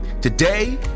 Today